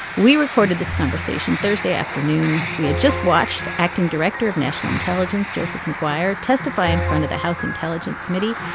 we recorded this conversation thursday afternoon. we had just watched acting director of national intelligence joseph mcguire testify in front of the house intelligence committee.